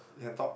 you can talk